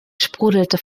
sprudelte